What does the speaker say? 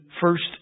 first